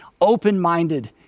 open-minded